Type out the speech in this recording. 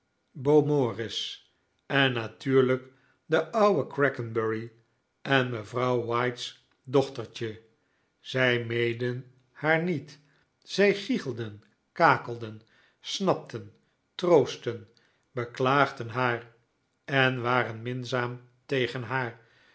jongen beaumoris en natuurlijk den ouwen crackenbury en mevrouw white's dochtertje zij meden haar niet zij gichelden kakelden snapten troostten beklaagden haar en waren minzaam tegen haar